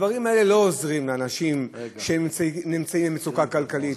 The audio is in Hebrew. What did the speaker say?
הדברים האלה לא עוזרים לאנשים שנמצאים במצוקה כלכלית,